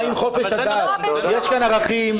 יש כאן ערכים.